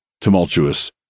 tumultuous